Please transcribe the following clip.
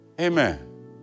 Amen